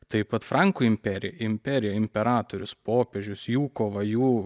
taip pat frankų imperija imperija imperatorius popiežius jų kova jų